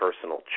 personal